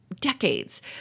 decades